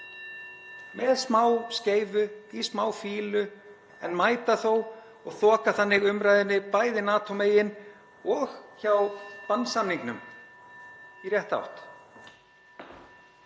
með smá skeifu, í smá fýlu, en mæta þó og þoka þannig umræðunni bæði NATO megin og hjá bannsamningnum í rétta átt.